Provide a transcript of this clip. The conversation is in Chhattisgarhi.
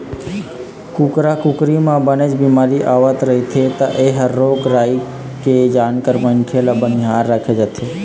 कुकरा कुकरी म बनेच बिमारी आवत रहिथे त एखर रोग राई के जानकार मनखे ल बनिहार राखे जाथे